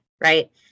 right